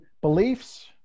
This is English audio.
beliefs